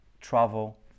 travel